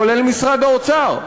כולל משרד האוצר.